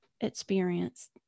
experience